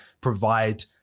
provide